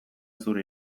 zure